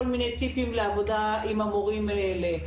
הצענו כל מיני טיפים לעבודה עם המורים האלה,